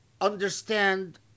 understand